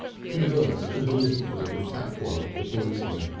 conversed intermittently with taplow, the policeman.